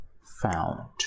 found